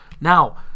Now